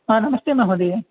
नमस्ते महोदये